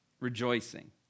rejoicing